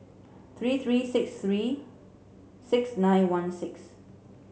three three six three six nine one six